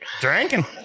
Drinking